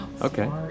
Okay